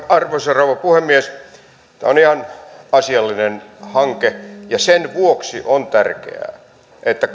arvoisa rouva puhemies tämä on ihan asiallinen hanke ja sen vuoksi on tärkeää että